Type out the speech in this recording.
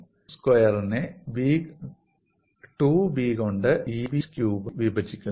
2 സ്ക്വയറിനെ 2 ബി കൊണ്ട് E B H ക്യൂബായി വിഭജിക്കുന്നു